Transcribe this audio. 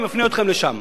אני מפנה אתכם לשם.